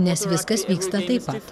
nes viskas vyksta taip pat